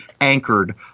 anchored